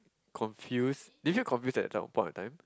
confused did you confuse that that point of time